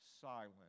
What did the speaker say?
silent